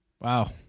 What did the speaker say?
Wow